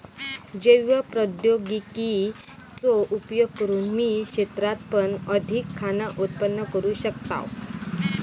जैव प्रौद्योगिकी चो उपयोग करून कमी क्षेत्रात पण अधिक खाना उत्पन्न करू शकताव